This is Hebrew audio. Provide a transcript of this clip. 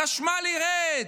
החשמל ירד,